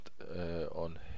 on